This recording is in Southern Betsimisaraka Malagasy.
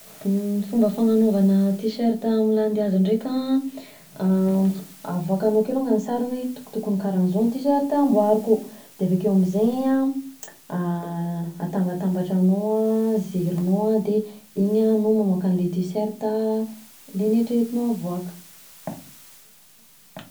Ny fomba fagnanaovana tiserta amin'ny landihazo ndreka an avoakanao akeo longany ny sariny hoe: tokotokony ho karanzao ny t-shirt amboariko, de avekeo am'zay iny an atambatambatranao an, zairinao an, de iny no mamoaka an'ilay tiserta le neritreretinao avoaka.